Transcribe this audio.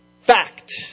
fact